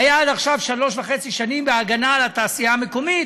היו עד עכשיו שלוש שנים וחצי בהגנה על התעשייה המקומית,